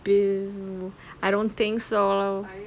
I don't think so